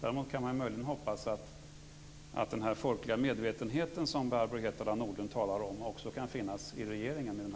Däremot kan man i den här frågan möjligen hoppas att den folkliga medvetenhet som Barbro Hietala Nordlund talar om också finns i regeringen.